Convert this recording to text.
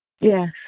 Yes